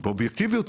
באובייקטיביות,